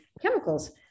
chemicals